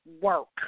work